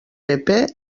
app